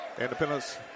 Independence